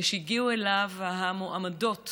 והגיעו אליו המועמדות